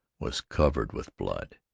was covered with blood.